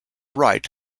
right